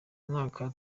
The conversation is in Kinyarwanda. mwaka